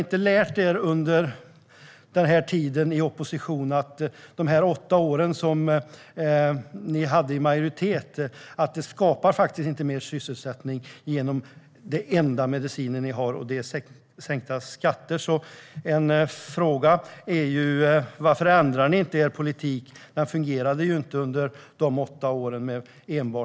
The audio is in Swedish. Ni borde ha lärt er efter åtta år i majoritet att det inte skapas mer sysselsättning genom er enda medicin, sänkta skatter. Varför ändrar ni inte er skattesänkarpolitik? Den fungerade ju inte under era åtta år.